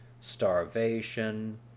starvation